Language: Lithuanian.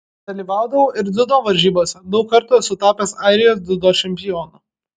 dalyvaudavau ir dziudo varžybose daug kartų esu tapęs airijos dziudo čempionu